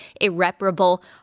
irreparable